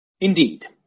Indeed